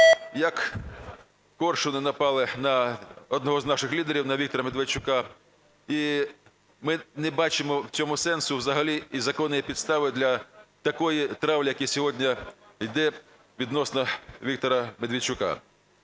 як коршуни, напали на одного з наших лідерів – на Віктора Медведчука. І ми не бачимо в цьому сенсу взагалі, і закон є підставою для такої травлі, яка сьогодні йде відносно Віктора Медведчука.